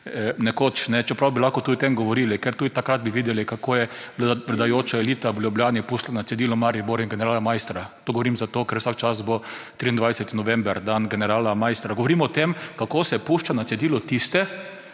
nekoč, čeprav bi lahko tudi o tem govorili, ker tudi takrat bi videli, kako je vladajoča elita v Ljubljani pustila na cedilu Maribor in generala Maistra. To govorim zato, ker vsak čas bo 23. november, dan generala Maistra. Govorim o tem, kako se pušča na cedilu tiste,